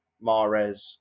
mares